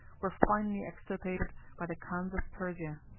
were finally extirpated by the khans of persia.